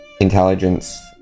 intelligence